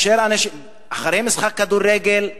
אחרי משחק כדורגל,